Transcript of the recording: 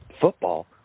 football